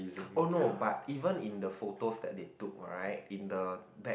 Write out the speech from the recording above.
oh no but even in the photos that they took right in the back